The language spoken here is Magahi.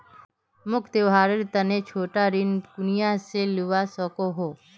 मोक त्योहारेर तने छोटा ऋण कुनियाँ से मिलवा सको हो?